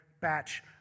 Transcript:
batch